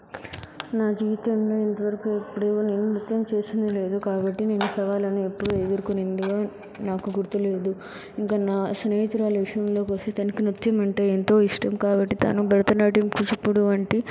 నా జీవితంలో ఇంతవరకు ఎప్పుడూ నేను నృత్యం చేసింది లేదు కాబట్టి నేను సవాళ్ళని ఎప్పుడు ఎదుర్కొందిగా నాకు గుర్తులేదు ఇంకా నా స్నేహితురాలి విషయంలోకి వచ్చేసరికి తనకి నృత్యం అంటే ఎంతో విషయం కాబట్టి భరతనాట్యం కూచిపూడి వంటి